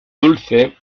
dulce